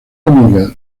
amiga